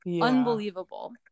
unbelievable